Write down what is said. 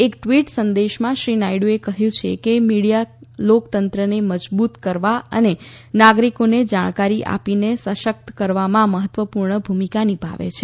એક ટવીટ સંદેશમાં શ્રી નાયડુએ કહયું છે કે મીડીયા લોકતંત્રને મજબુત કરવા અને નાગરીકોને જાણકારી આપીને સશકત કરવમાં મહત્વપુર્ણ ભૂમિકા નિભાવે છે